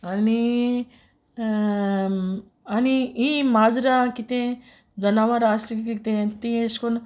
आनी आनी इं माजरां कितें जनावर आसलीं कितें ती अेश कोन्न